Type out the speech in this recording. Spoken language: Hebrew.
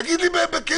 תגיד לי בכנות.